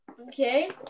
Okay